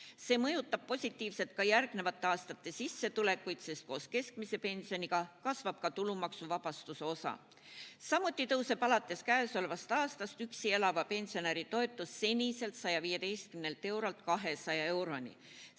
See mõjutab positiivselt ka järgnevate aastate sissetulekuid, sest koos keskmise pensioniga kasvab ka tulumaksuvabastuse osa. Samuti tõuseb käesolevast aastast üksi elava pensionäri toetus seniselt 115 eurolt 200 euroni.